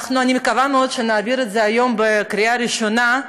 אני מקווה מאוד שנעביר את זה היום בקריאה ראשונה,